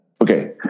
Okay